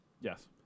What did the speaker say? Yes